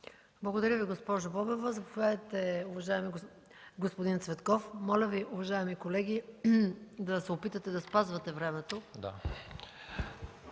Благодаря Ви, госпожо Бобева. Заповядайте, уважаеми господин Цветков. Моля Ви, уважаеми колеги, да се опитате да спазвате времето.